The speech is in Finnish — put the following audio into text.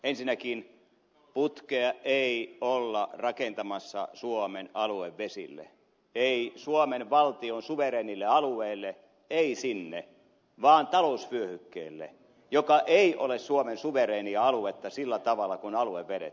ensinnäkään putkea ei olla rakentamassa suomen aluevesille ei suomen valtion suvereenille alueelle ei sinne vaan talousvyöhykkeelle joka ei ole suomen suvereenia aluetta sillä tavalla kuin aluevedet